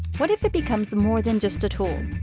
what if it becomes more than just a tool?